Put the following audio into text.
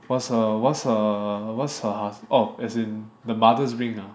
what's her what's what's her husband oh as in the mother's ring ah